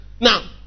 now